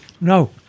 No